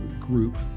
group